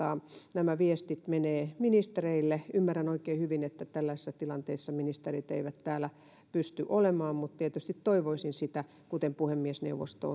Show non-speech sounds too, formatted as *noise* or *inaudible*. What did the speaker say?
nämä viestit menevät ministereille ymmärrän oikein hyvin että tällaisessa tilanteessa ministerit eivät täällä pysty olemaan tietysti toivoisin sitä kuten puhemiesneuvosto *unintelligible*